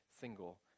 single